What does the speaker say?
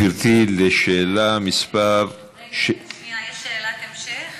גברתי, לשאלה מספר, רגע, שנייה, יש לי שאלת המשך